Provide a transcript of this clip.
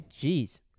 Jeez